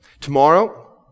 Tomorrow